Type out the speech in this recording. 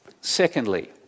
Secondly